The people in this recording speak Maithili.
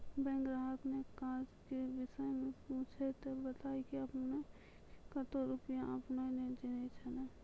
बैंक ग्राहक ने काज के विषय मे पुछे ते बता की आपने ने कतो रुपिया आपने ने लेने छिए?